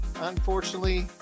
unfortunately